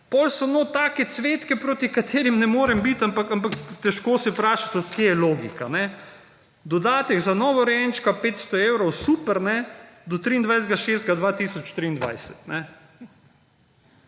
Potem so notri take cvetke proti katerim ne morem biti, ampak težko se vprašati od kje je logika. Dodatek za novorojenčka 500 evrov super do 23. 6. 2023.